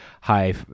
high